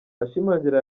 ashimangira